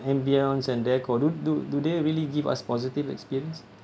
ambience and decor do do do they really give us positive experience